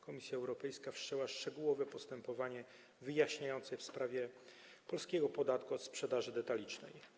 Komisja Europejska wszczęła szczegółowe postępowanie wyjaśniające w sprawie polskiego podatku od sprzedaży detalicznej.